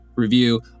review